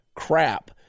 crap